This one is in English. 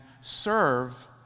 serve